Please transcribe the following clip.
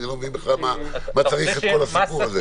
אני לא מבין למה בכלל צריך את כל הסיפור הזה.